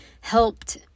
helped